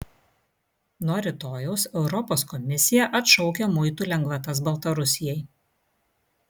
nuo rytojaus europos komisija atšaukia muitų lengvatas baltarusijai